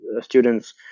students